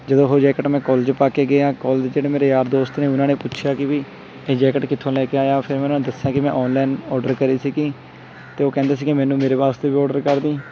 ਜਦੋਂ ਉਹ ਜੈਕਟ ਮੈਂ ਕੋਲੇਜ ਪਾ ਕੇ ਗਿਆ ਕੋਲੇਜ ਜਿਹੜੇ ਮੇਰੇ ਯਾਰ ਦੋਸਤ ਨੇ ਉਹਨਾਂ ਨੇ ਪੁੱਛਿਆ ਕਿ ਵੀ ਜੈਕਟ ਕਿੱਥੋਂ ਲੈ ਕੇ ਆਇਆ ਫਿਰ ਮੈਂ ਉਹਨਾਂ ਨੂੰ ਦੱਸਿਆ ਕਿ ਮੈਂ ਔਨਲਾਈਨ ਔਰਡਰ ਕਰੀ ਸੀਗੀ ਅਤੇ ਉਹ ਕਹਿੰਦੇ ਸੀਗੇ ਮੈਨੂੰ ਮੇਰੇ ਵਾਸਤੇ ਵੀ ਔਰਡਰ ਕਰ ਦੀ